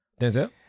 Denzel